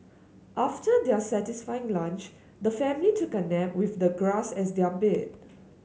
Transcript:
after their satisfying lunch the family took a nap with the grass as their bed